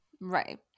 right